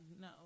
no